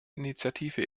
initiative